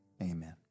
amen